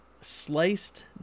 sliced